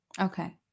okay